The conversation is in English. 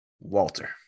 walter